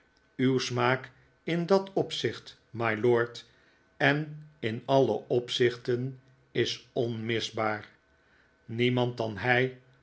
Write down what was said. uw smaak in dat opzicht mylord en in alle opzichteh is onmiskenbaar niemand dan hij